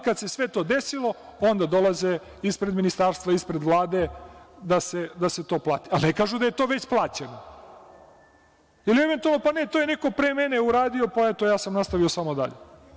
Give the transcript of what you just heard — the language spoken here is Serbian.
Kada se sve to desilo, onda dolaze ispred ministarstva, ispred Vlade da se to plati, a ne kažu da je to već plaćeno ili eventualno – ne, to je neko pre mene uradio, pa eto ja sam nastavio samo dalje.